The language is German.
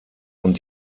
und